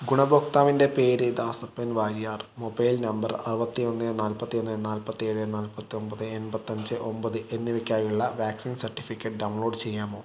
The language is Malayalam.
ഗുണഭോക്താവിൻ്റെ പേര് ദാസപ്പൻ വാര്യർ മൊബൈൽ നമ്പർ അറുപത്തൊന്ന് നാല്പത്തിയൊന്ന് നാല്പത്തിയെഴ് നാല്പത്തി ഒൻപത് എൺപത്തഞ്ച് ഒൻപത് എന്നിവയ്ക്കായുള്ള വാക്സിൻ സർട്ടിഫിക്കറ്റ് ഡൗൺലോഡ് ചെയ്യാമോ